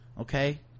Okay